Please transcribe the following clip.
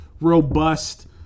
robust